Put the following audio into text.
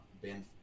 Ben